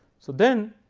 so then,